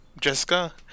Jessica